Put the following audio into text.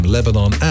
Lebanon